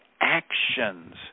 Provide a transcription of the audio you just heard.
actions